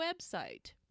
website